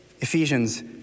Ephesians